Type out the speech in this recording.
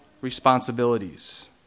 responsibilities